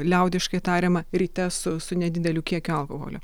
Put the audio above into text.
liaudiškai tariama ryte su su nedideliu kiekiu alkoholio